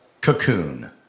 Cocoon